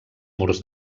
murs